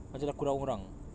macam dah kurang orang